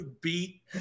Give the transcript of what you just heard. beat